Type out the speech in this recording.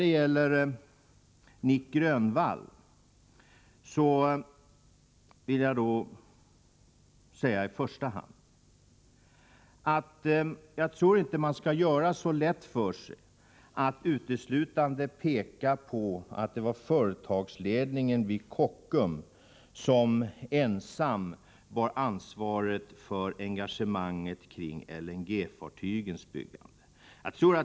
Till Nic Grönvall vill jag i första hand säga att jag inte tror att man skall göra det så lätt för sig att uteslutande peka på att det är företagsledningen vid Kockum som ensam bär ansvaret för LNG-fartygens byggande.